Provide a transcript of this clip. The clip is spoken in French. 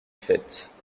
faite